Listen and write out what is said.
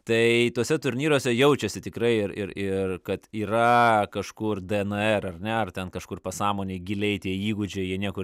tai tuose turnyruose jaučiasi tikrai ir ir ir kad yra kažkur dnr ar ne ar ten kažkur pasąmonėj giliai tie įgūdžiai jie niekur